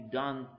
done